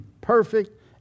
perfect